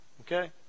Okay